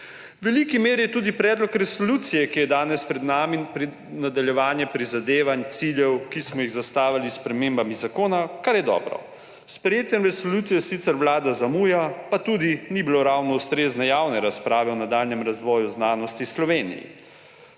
veliki meri je tudi predlog resolucije, ki je danes pred nami, nadaljevanje prizadevanj, ciljev, ki smo jih zastavili s spremembami zakona, kar je dobro. S sprejetjem resolucije sicer Vlada zamuja, pa tudi ni bilo ravno ustrezne javne razprave o nadaljnjem razvoju znanosti v Sloveniji.